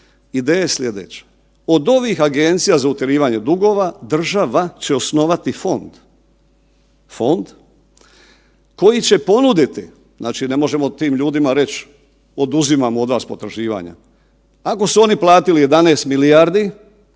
Ideja je sljedeća, od ovih agencija za utjerivanje dugova država će osnovati fond, fond koji će ponuditi, znači ne možemo tim ljudima reć oduzimamo od vas potraživanja, ako su oni platili 11 milijardi,